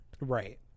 right